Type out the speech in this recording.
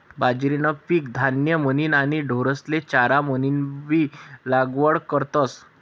बाजरीनं पीक धान्य म्हनीन आणि ढोरेस्ले चारा म्हनीनबी लागवड करतस